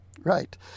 Right